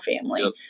family